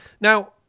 Now